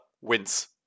wins